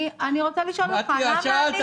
אני רוצה לשאול אותך מה לעשות.